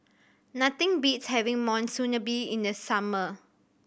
nothing beats having Monsunabe in the summer